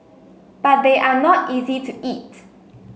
but they are not easy to eat